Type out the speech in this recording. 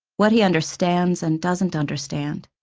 what he understands and doesn't understand.